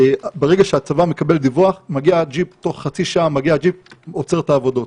ברגע שהצבא מקבל דיווח מגיע תוך חצי שעה ג'יפ ועוצר את העבודות.